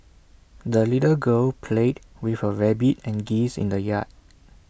the little girl played with her rabbit and geese in the yard